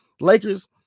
Lakers